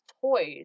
toys